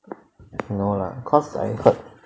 no lah cause I heard